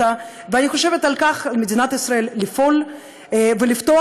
אני חושבת שעל מדינת ישראל לפעול ולפתוח